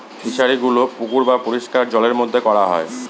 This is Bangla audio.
ফিশারিগুলো পুকুর বা পরিষ্কার জলের মধ্যে করা হয়